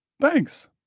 Thanks